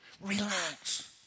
Relax